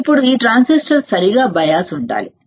ఇప్పుడు ఈ ట్రాన్సిస్టర్ సరిగ్గా బయాస్ తో ఉండాలి అవునా